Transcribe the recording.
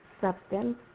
Substance